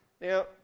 Now